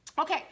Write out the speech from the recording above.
Okay